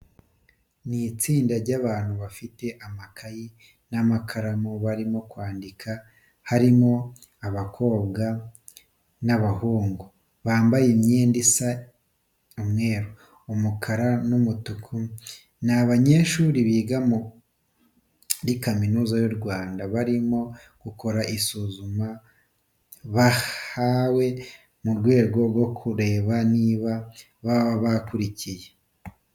Ni itsinda ry'abantu bafite amakayi n'amakaramu barimo kwandika, harimo abakobwa n'abahungu bambaye imyenda isa umweru, umukara n'umutuku. Ni abanyeshuri biga muri Kaminuza y'u Rwanda, barimo gukora isuzuma bahawe mu rwego rwo kureba niba baba bakurikiye.